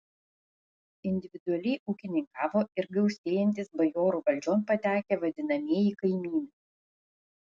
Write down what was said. individualiai ūkininkavo ir gausėjantys bajorų valdžion patekę vadinamieji kaimynai